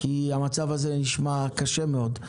כי המצב הזה נשמע קשה מאוד.